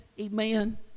Amen